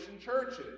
churches